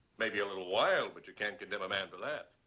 maybe a little wild, but you can't condemn a man for that.